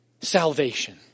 salvation